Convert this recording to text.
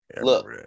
Look